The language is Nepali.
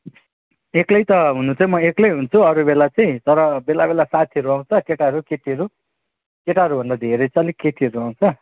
एक्लै त हुन त म एक्लै हुन्छु अरू बेला चाहिँ तर बेला बेला साथीहरू आउँछ केटाहरू केटीहरू केटाहरू भन्दा धेरै चाहिँ अलिक केटीहरू आउँछ